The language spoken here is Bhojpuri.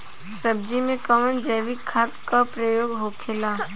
सब्जी में कवन जैविक खाद का प्रयोग होखेला?